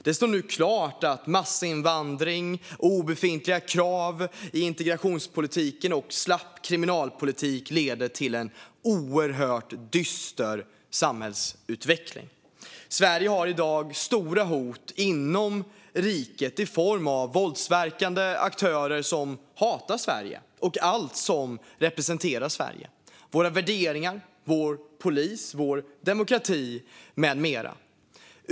Det står nu klart att massinvandring, obefintliga krav i integrationspolitiken och slapp kriminalpolitik leder till en oerhört dyster samhällsutveckling. Sverige har i dag stora hot inom riket i form av våldsverkande aktörer som hatar Sverige och allt som representerar Sverige - våra värderingar, vår polis, vår demokrati med mera.